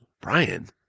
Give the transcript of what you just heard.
Brian